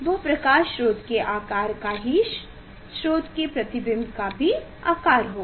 वह प्रकाश स्रोत के आकार का ही स्रोत के प्रतिबिंब का भी आकार होगा